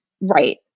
Right